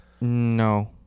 No